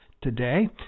today